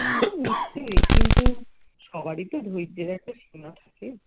সে তো নিশ্চয়ই কিন্তু সবারই তো ধৈর্যের একটা সীমা থাকে